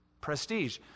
Prestige